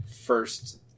first